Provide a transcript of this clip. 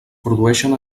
produïxen